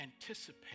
anticipate